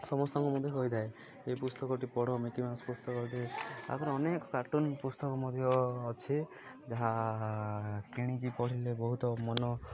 ସମସ୍ତଙ୍କୁ ମଧ୍ୟ ହୋଇଥାଏ ଏ ପୁସ୍ତକଟି ପଢ଼ ମିକି ମାଉସ୍ ପୁସ୍ତକଟି ଆପଣ ଅନେକ କାର୍ଟୁନ୍ ପୁସ୍ତକ ମଧ୍ୟ ଅଛି ଯାହା କିଣିକି ପଢ଼ିଲେ ବହୁତ ମନ